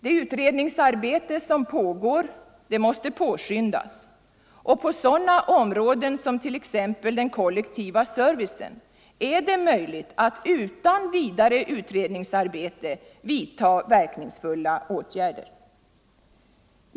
Det utredningsarbete som pågår måste påskyndas och på sådana områden som exempelvis den kollektiva servicen är det möjligt att utan vidare utredningsarbete vidta verkningsfulla åtgärder.